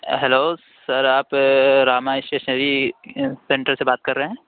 hello sir آپ Rama stationery centre سے بات کر رہے ہیں